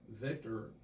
Victor